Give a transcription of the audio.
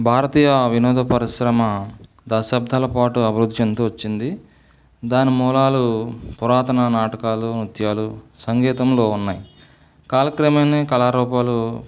భారతీయ వినోద పరిశ్రమ దశాబ్ధాల పాటు అభివృద్ధి చెందుతూ వచ్చింది దాని మూలాలు పురాతన నాటకాలు నృత్యాలు సంగీతంలో ఉన్నాయి కాలక్రమేణ కళారూపాలు